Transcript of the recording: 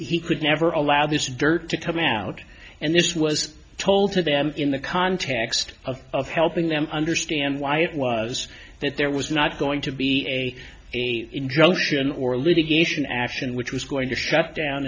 he could never allow this dirt to come out and this was told to them in the context of helping them understand why it was that there was not going to be a a injunction or litigation action which was going to shut down